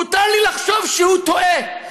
מותר לי לחשוב הוא טועה,